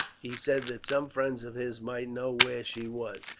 he said that some friends of his might know where she was,